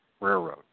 Railroad